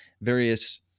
various